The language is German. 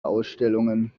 ausstellungen